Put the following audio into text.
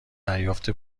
دریافت